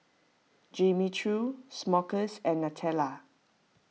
Jimmy Choo Smuckers and Nutella